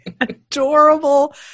adorable